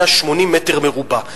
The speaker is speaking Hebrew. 180 מטר מרובע,